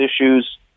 issues